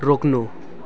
रोक्नु